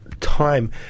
time